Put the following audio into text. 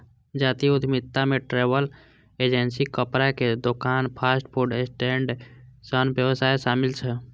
जातीय उद्यमिता मे ट्रैवल एजेंसी, कपड़ाक दोकान, फास्ट फूड स्टैंड सन व्यवसाय शामिल छै